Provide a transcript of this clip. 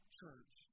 church